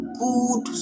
good